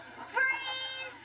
Freeze